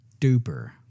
duper